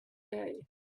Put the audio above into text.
day